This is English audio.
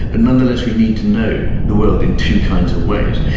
but nonetheless we need to know the world in two kinds of ways.